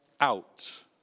out